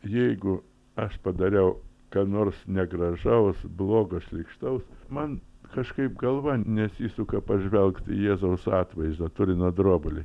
jeigu aš padariau ką nors negražaus blogo šlykštaus man kažkaip galva nesisuka pažvelgti į jėzaus atvaizdą turino drobulėj